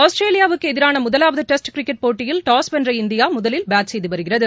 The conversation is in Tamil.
ஆஸ்திரேலியாவுக்கு எதிரான முதலாவது டெஸ்ட் கிரிக்கெட் போட்டியில் டாஸ் வென்ற இந்தியா முதலில் பேட் செய்து வருகிறது